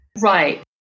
Right